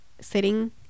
sitting